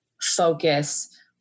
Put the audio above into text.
focus